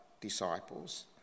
disciples